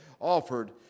offered